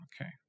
okay